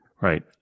Right